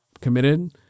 committed